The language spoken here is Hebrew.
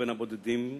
בין הבודדים,